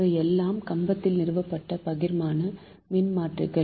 இவையெல்லாம் கம்பத்தில் நிறுவப்பட்ட பகிர்மான மின்மாற்றிகள்